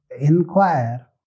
inquire